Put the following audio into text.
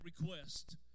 request